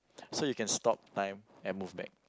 so you can stop time and move back